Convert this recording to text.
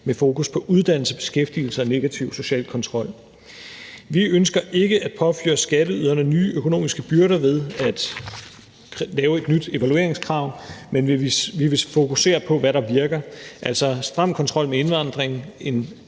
med fokus på uddannelse, beskæftigelse og negativ social kontrol. Vi ønsker ikke at påføre skatteyderne nye økonomiske byrder ved at lave et nyt evalueringskrav, men vi vil fokusere på, hvad der virker: stram kontrol med indvandringen, en